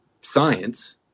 science